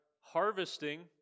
harvesting